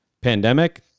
Pandemic